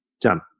done